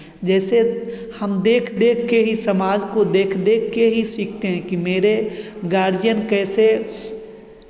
जैसे हम देख देख के ही समाज को देख देख के ही सीखते हैं कि मेरे गार्जियन कैसे